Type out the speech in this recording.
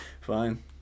Fine